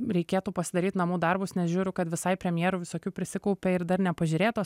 reikėtų pasidaryt namų darbus nes žiūriu kad visai premjerų visokių prisikaupė ir dar nepažiūrėtos